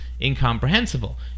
incomprehensible